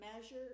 measure